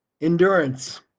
Endurance